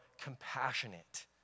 compassionate